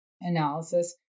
analysis